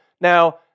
Now